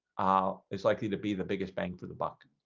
ah it's likely to be the biggest bang for the buck